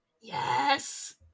Yes